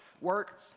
work